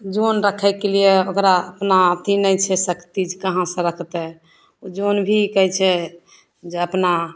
जन रखैके लिए ओकरा अपना अथी नहि छै शक्ति जे कहाँसे रखतै ओ जन भी कहै छै जे अपना